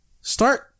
start